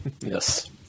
Yes